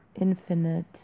infinite